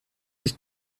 ich